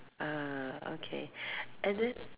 uh okay and then